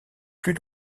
plus